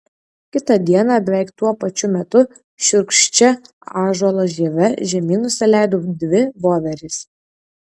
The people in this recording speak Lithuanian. kitą dieną beveik tuo pačiu metu šiurkščia ąžuolo žieve žemyn nusileido dvi voverės